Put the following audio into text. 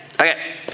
Okay